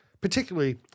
particularly